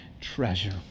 treasure